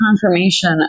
confirmation